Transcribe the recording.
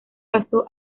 pasó